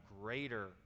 greater